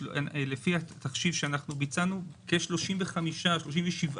לפי התחשיב שאנחנו ביצענו, כ-35% , 37%,